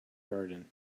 garden